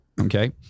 Okay